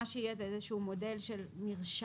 מה שיהיה זה איזשהו מודל של מרשם,